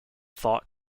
thought